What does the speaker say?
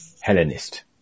Hellenist